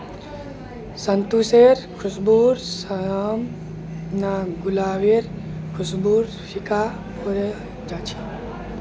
शतपुष्पेर खुशबूर साम न गुलाबेर खुशबूओ फीका पोरे जा छ